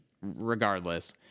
regardless